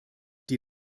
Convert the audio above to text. die